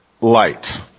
light